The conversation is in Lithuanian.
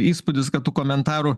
įspūdis kad tų komentarų